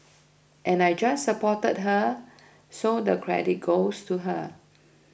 and I just supported her so the credit goes to her